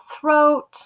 throat